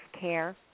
care